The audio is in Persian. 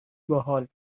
باحال